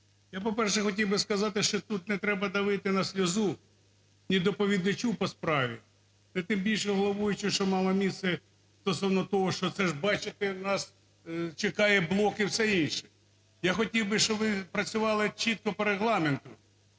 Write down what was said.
Я, по-перше, хотів би сказати, що тут не треба давити на сльозу ні доповідачу по справі, тим більше головуючому, що мало місце стосовно того, що це ж, бачите, нас чекає блок і все інше. Я хотів би, щоб ви працювали чітко по Регламенту,